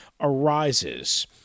arises